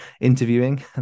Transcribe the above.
interviewing